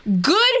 good